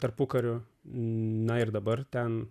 tarpukariu na ir dabar ten